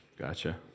Gotcha